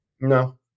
No